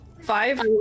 five